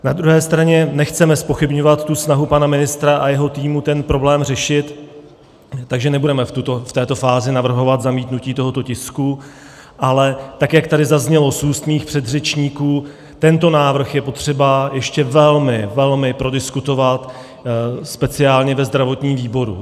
Na druhé straně nechceme zpochybňovat snahu pana ministra a jeho týmu ten problém řešit, takže nebudeme v této fázi navrhovat zamítnutí tohoto tisku, ale tak jak tady zaznělo z úst mých předřečníků, tento návrh je potřeba ještě velmi, velmi prodiskutovat, speciálně ve zdravotním výboru.